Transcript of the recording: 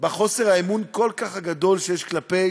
בחוסר האמון הכל-כך גדול שיש כלפי